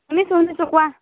শুনিছোঁ শুনিছোঁ কোৱা